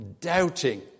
doubting